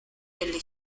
delle